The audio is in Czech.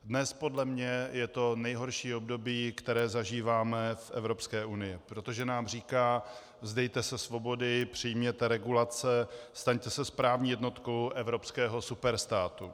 Dnes podle mě je to nejhorší období, které zažíváme v Evropské unii, protože nám říká: Vzdejte se svobody, přijměte regulace, staňte se správní jednotkou evropského superstátu!